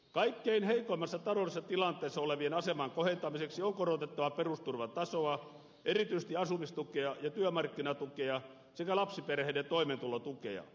kaikkein heikoimmassa taloudellisessa tilanteessa olevien aseman kohentamiseksi on korotettava perusturvan tasoa erityisesti asumistukea ja työmarkkinatukea sekä lapsiperheiden toimeentulotukea